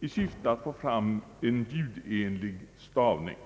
i syfte att få fram en ljudenlig stavning.